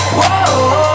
whoa